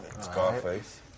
Scarface